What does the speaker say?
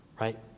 right